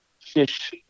fish